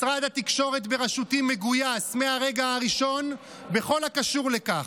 משרד התקשורת בראשותי מגויס מהרגע הראשון בכל הקשור לכך.